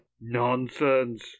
Nonsense